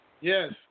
Yes